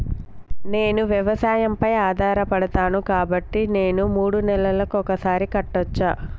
నేను వ్యవసాయం పై ఆధారపడతాను కాబట్టి నేను మూడు నెలలకు ఒక్కసారి కట్టచ్చా?